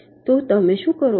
તો તમે શું કરો છો